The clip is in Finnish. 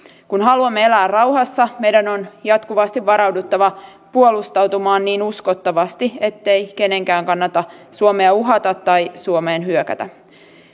kun haluamme elää rauhassa meidän on jatkuvasti varauduttava puolustautumaan niin uskottavasti ettei kenenkään kannata suomea uhata tai suomeen hyökätä